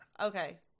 Okay